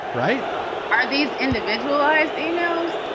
right are these individualized e-mails?